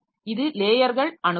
இது லேயர்கள் அணுகுமுறை